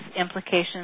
Implications